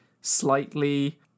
slightly